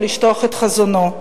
ולשטוח את חזונו.